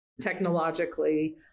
technologically